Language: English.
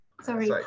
sorry